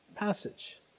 passage